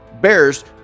Bears